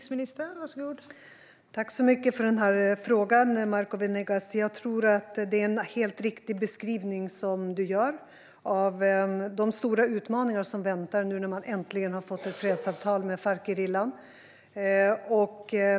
Fru talman! Tack så mycket för frågan, Marco Venegas! Det är en helt riktig beskrivning som du gör av de stora utmaningar som väntar nu när man äntligen har fått ett fredsavtal med Farcgerillan.